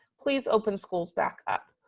please open schools back up.